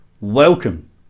welcome